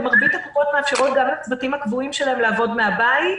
ומרבית הקופות מאפשרות גם לצוותים הקבועים שלהם לעבוד מן הבית.